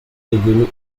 devenue